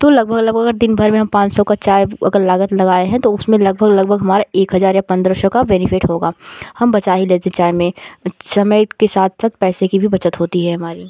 तो लगभग लगभग दिन भर में हम पाँच सौ का चाय अगर लागत लगाए हैं तो उसमे लगभग लगभग हमारा एक हज़ार या पन्द्रह सौ का बेनिफिट होगा हम बचा ही लेते चाय में समय के साथ साथ पैसे की भी बचत होती है हमारी